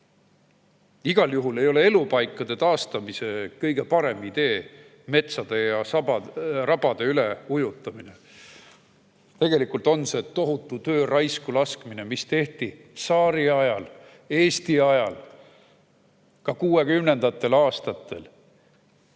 Igal juhul ei ole elupaikade taastamiseks kõige parem idee metsade ja rabade üleujutamine. Tegelikult on see tohutu töö raisku laskmine, mis tehti tsaariajal, Eesti ajal, ka kuuekümnendatel